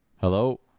Hello